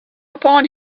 upon